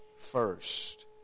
first